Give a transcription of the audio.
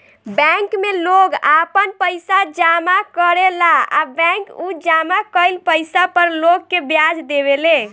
bank में लोग आपन पइसा जामा करेला आ बैंक उ जामा कईल पइसा पर लोग के ब्याज देवे ले